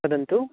वदन्तु